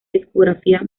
discográfica